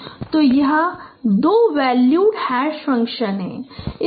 hrx 1 if xr0 0 otherwise तो यह दो वैल्यूड हैश फ़ंक्शन है